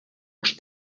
los